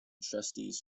trustees